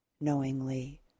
knowingly